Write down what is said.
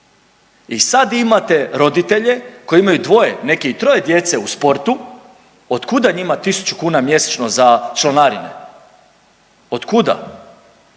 I sada imate roditelje koji imaju dvoje, neki i troje djece u sportu. Otkuda njima tisuću kuna mjesečno za članarine? Otkuda?